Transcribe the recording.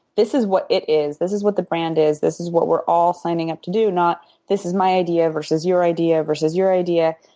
this is what it is. this is what the brand is, this is what we're all signing up to do. not this is my idea versus your idea versus your idea.